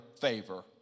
favor